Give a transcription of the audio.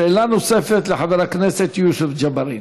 שאלה נוספת לחבר הכנסת יוסף ג'בארין.